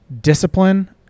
discipline